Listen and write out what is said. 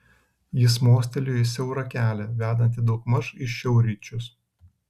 jis mostelėjo į siaurą kelią vedantį daugmaž į šiaurryčius